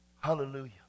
Hallelujah